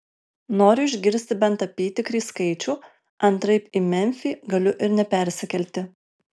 noriu išgirsti bent apytikrį skaičių antraip į memfį galiu ir nepersikelti